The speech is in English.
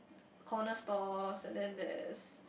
corner's stores and then there is